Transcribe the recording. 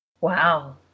Wow